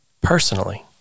personally